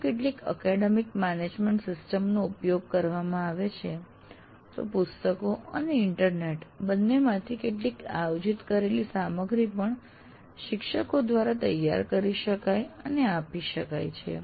જો કેટલીક academic management system નો ઉપયોગ કરવામાં આવે છે તો પુસ્તકો અને ઇન્ટરનેટ બંનેમાંથી કેટલીક આયોજિત કરેલ સામગ્રી પણ શિક્ષકો દ્વારા તૈયાર કરી શકાય છે અને આપી શકાય છે